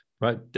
right